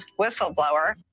whistleblower